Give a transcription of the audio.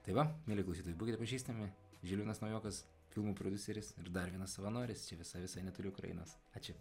tai va mieli klausytojai būkite pažįstami žilvinas naujokas filmų prodiuseris ir dar vienas savanoris čia visai visai netoli ukrainos ačiū